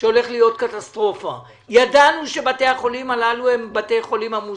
שהולך להיות קטסטרופה; ידענו שבתי החולים הללו הם בתי חולים עמוסים.